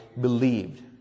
believed